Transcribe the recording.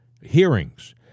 hearings